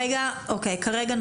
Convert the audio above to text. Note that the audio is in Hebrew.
כרגע,